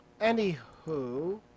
anywho